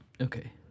Okay